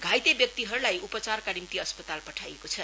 घाइते व्यक्तिहरुलाई उपचारका निम्ति अस्पताल पठाइएको छ